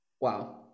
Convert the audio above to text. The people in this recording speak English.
Wow